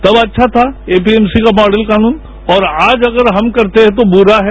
तब अच्छा था एपपीएमसी का मॉडल कानून और आज अगर हम करते हैं तो बुरा है